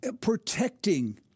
protecting